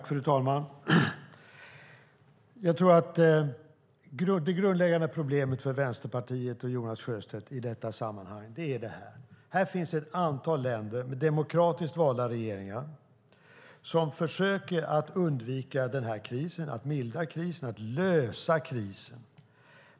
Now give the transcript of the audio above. Fru talman! Det grundläggande problemet för Vänsterpartiet och Jonas Sjöstedt i detta sammanhang är följande. Här finns ett antal länder med demokratiskt valda regeringar som försöker att undvika krisen, mildra krisen och lösa krisen.